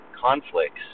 conflicts